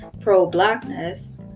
pro-blackness